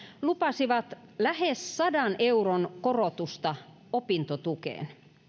lupasivat lähes sadan euron korotusta opintotukeen